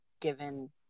given